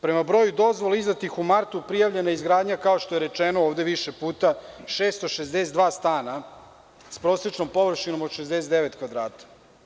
Prema broju dozvola izdatih u martu, prijavljena je izgradnja, kao što je rečeno ovde više puta, 662 stana s prosečnom površinom od 69 kvadrata.